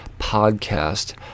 PODCAST